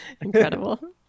Incredible